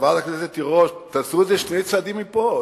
חברת הכנסת תירוש, תעשו את זה שני צעדים מפה.